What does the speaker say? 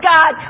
God